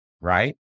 right